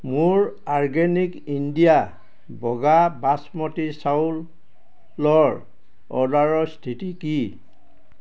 মোৰ organic India বগা বাচমতি চাউল লৰ অৰ্ডাৰৰ স্থিতি কি